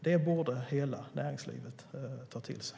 Det borde hela näringslivet ta till sig.